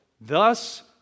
thus